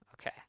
Okay